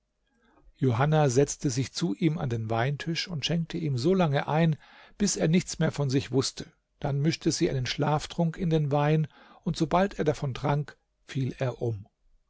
johanna setzte sich zu ihm an den weintisch und schenkte ihm solange ein bis er nichts mehr von sich wußte dann mischte sie einen schlaftrunk in den wein und sobald er davon trank fiel er um